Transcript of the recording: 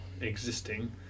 existing